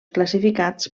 classificats